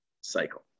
cycle